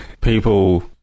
people